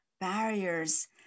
barriers